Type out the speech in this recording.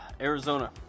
Arizona